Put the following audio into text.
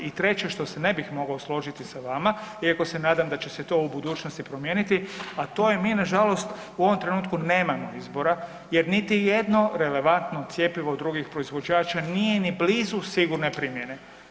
I treće što se ne bih mogao složiti sa vama iako se nadam da će se to u budućnosti promijeniti, a to je mi nažalost u ovom trenutku nemamo izbora jer niti jedno relevantno cjepivo drugih proizvođača nije ni blizu sigurne primjene.